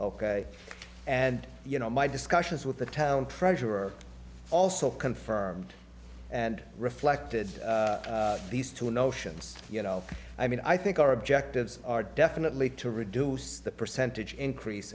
ok and you know my discussions with the town treasurer also confirmed and reflected these two notions you know i mean i think our objectives are definitely to reduce the percentage increase